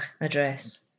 address